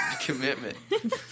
commitment